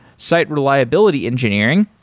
sight reliability engineering,